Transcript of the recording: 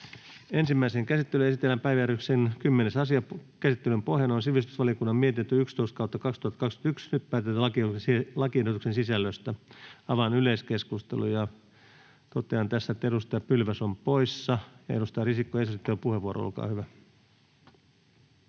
Ensimmäiseen käsittelyyn esitellään päiväjärjestyksen 10. asia. Käsittelyn pohjana on sivistysvaliokunnan mietintö SiVM 11/2021 vp. Nyt päätetään lakiehdotusten sisällöstä. Avaan yleiskeskustelun ja totean tässä, että edustaja Pylväs on poissa. — Edustaja Risikko, esittelypuheenvuoro, olkaa hyvä.